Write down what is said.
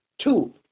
Two